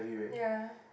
ya